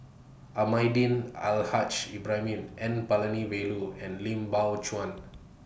Almahdi Al Haj Ibrahim N Palanivelu and Lim Biow Chuan